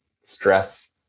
stress